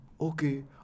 okay